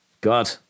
God